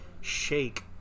shake